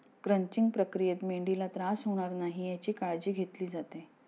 crunching प्रक्रियेत मेंढीला त्रास होणार नाही याची काळजी घेतली जाते